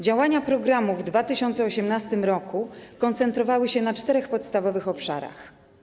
Działania programów w 2018 r. koncentrowały się na czterech podstawowych obszarach.